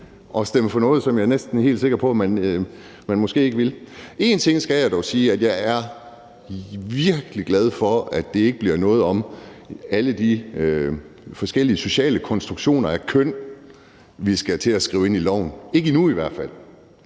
at stemme for noget, som jeg næsten er helt sikker på man måske ikke ville. Én ting skal jeg dog sige: at jeg er virkelig glad for, at det ikke bliver noget med alle de forskellige sociale konstruktioner af køn, vi skal til at skrive ind i loven, ikke endnu i hvert fald.